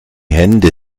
hände